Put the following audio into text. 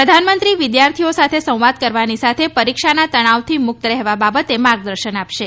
પ્રધાનમંત્રી વિદ્યાર્થીઓ સાથે સંવાદ કરવાની સાથે પરીક્ષાના તનાવથી મુકત રહેવા બાબતે માર્ગદર્શન આપશે